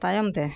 ᱛᱟᱭᱚᱢ ᱛᱮ